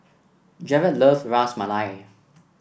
Jarod love Ras Malai